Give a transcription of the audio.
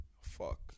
fuck